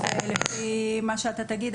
לפי מה שאתה תגיד,